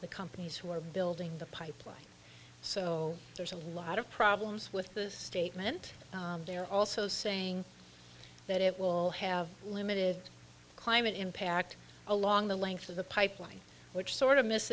the companies who are building the pipeline so there's a lot of problems with this statement they're also saying that it will have limited climate impact along the length of the pipeline which sort of miss